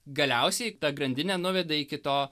galiausiai ta grandinė nuveda iki to